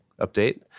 update